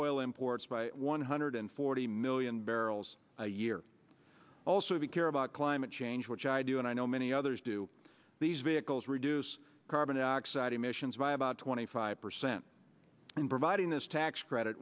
oil imports by one hundred forty million barrels a year also if you care about climate change which i do and i know many others do these vehicles reduce carbon dioxide emissions by about twenty five percent and providing this tax credit